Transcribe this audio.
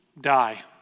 die